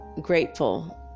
grateful